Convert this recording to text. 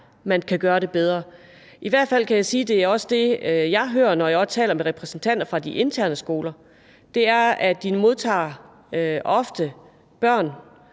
man kan gøre det bedre. I hvert fald kan jeg sige, og det er også det, jeg hører, når jeg taler med repræsentanter fra de interne skoler, at de ofte modtager børn,